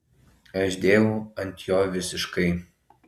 aš dėjau ant jo visiškai